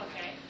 Okay